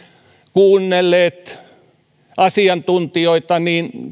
kuunnelleet asiantuntijoita